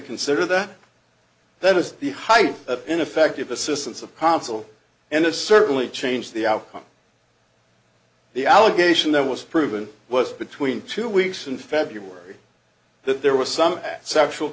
consider that that is the height of ineffective assistance of counsel and it certainly changed the outcome the allegation that was proven was between two weeks in february that there was s